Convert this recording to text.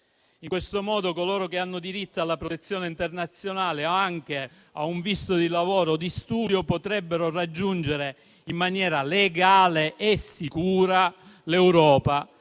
In questo modo coloro che hanno diritto alla protezione internazionale o anche a un visto di lavoro o di studio potrebbero raggiungere in maniera legale e sicura l'Europa,